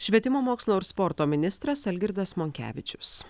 švietimo mokslo ir sporto ministras algirdas monkevičius